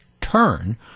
turn